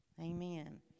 Amen